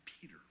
Peter